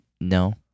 no